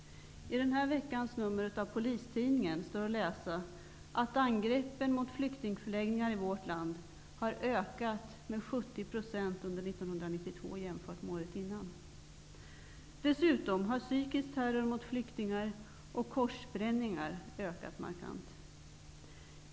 I denna veckas nummer av Polistidningen står att läsa att angreppen mot flyktingförläggningar i vårt land har ökat med 70 % under 1992 jämfört med året innan. Dessutom har psykisk terror mot flyktingar och korsbränningar ökat markant.